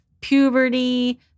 puberty